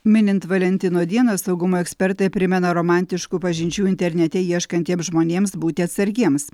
minint valentino dieną saugumo ekspertai primena romantiškų pažinčių internete ieškantiem žmonėms būti atsargiems